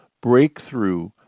Breakthrough